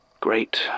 great